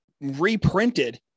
reprinted